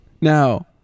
now